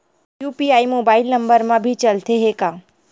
UPI mobile number मा भी चलते हे का?